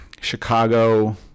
Chicago